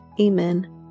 Amen